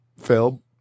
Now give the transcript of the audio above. Phil